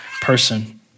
person